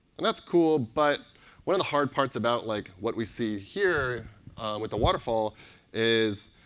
and that's cool. but one of the hard parts about like what we see here with the waterfall is,